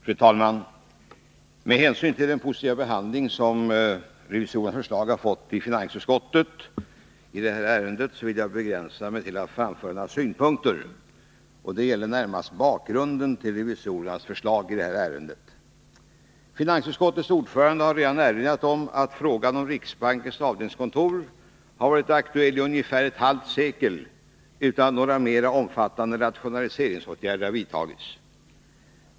Fru talman! Med hänsyn till den positiva behandling som riksdagsrevisorernas förslag fått av finansutskottet i detta ärende vill jag begränsa mig till att framföra några synpunkter. De gäller närmast bakgrunden till revisorernas förslag i ärendet. Finansutskottets ordförande har redan erinrat om att frågan om riksbankens avdelningskontor varit aktuell i ungefär ett halvt sekel utan att några mer omfattande rationaliseringsåtgärder vidtagits.